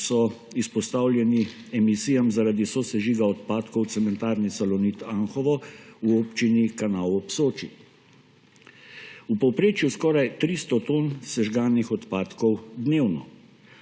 so izpostavljeni emisijam zaradi sosežiga odpadkov cementarne Salonit Anhovo v Občini Kanal ob Soči. V povprečju skoraj 300 ton sežganih odpadkov dnevno.